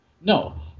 No